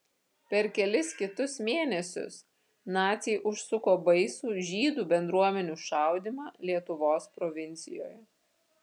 per kelis kitus mėnesius naciai užsuko baisų žydų bendruomenių šaudymą lietuvos provincijoje